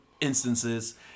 instances